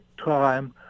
time